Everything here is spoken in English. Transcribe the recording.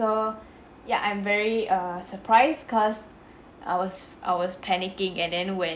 ~o ya I'm very err surprised cause I was I was panicking and then when